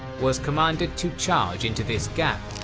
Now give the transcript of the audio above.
was commanded to charge into this gap.